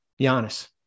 Giannis